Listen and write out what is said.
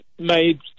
made